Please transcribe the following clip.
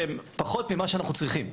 שהם פחות ממה שאנחנו צריכים.